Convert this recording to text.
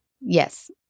Yes